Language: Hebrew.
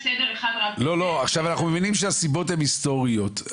עכשיו אנחנו מבינים שהסיבות הן מסתוריות.